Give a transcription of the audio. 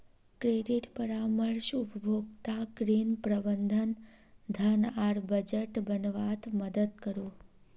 credit परामर्श उपभोक्ताक ऋण, प्रबंधन, धन आर बजट बनवात मदद करोह